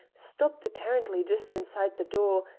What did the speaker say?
stopped apparently just inside the door,